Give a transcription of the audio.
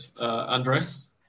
Andres